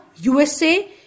USA